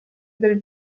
del